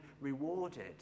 rewarded